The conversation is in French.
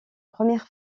première